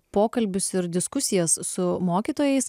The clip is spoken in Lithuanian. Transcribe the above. pokalbius ir diskusijas su mokytojais